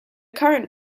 current